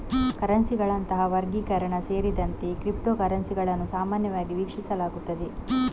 ಕರೆನ್ಸಿಗಳಂತಹ ವರ್ಗೀಕರಣ ಸೇರಿದಂತೆ ಕ್ರಿಪ್ಟೋ ಕರೆನ್ಸಿಗಳನ್ನು ಸಾಮಾನ್ಯವಾಗಿ ವೀಕ್ಷಿಸಲಾಗುತ್ತದೆ